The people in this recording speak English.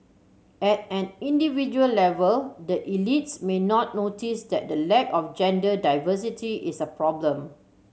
at an individual level the elites may not notice that the lack of gender diversity is a problem